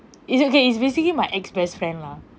is it okay it's basically my ex best friend lah